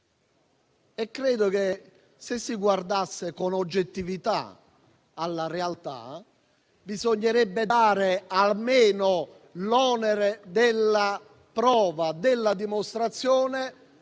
credo che, se si guardasse con oggettività alla realtà, bisognerebbe dare almeno l'onere della prova e della dimostrazione